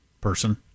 person